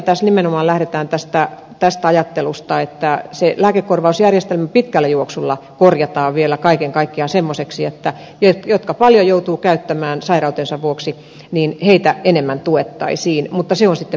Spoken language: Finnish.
tässä nimenomaan lähdetään tästä ajattelusta että lääkekorvausjärjestelmä pitkällä juoksulla korjataan vielä kaiken kaikkiaan semmoiseksi että niitä jotka paljon joutuvat käyttämään lääkkeitä sairautensa vuoksi enemmän tuettaisiin mutta se on sitten pidempi juttu